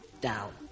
down